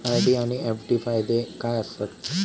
RD आनि FD फायदे काय आसात?